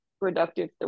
productive